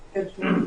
נכון.